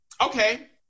Okay